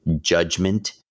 judgment